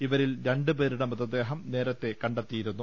ഇവരിൽ രണ്ട് പേരുടെ മൃതദേഹം നേരത്തെ കണ്ടെത്തിയിരുന്നു